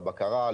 לבקרה,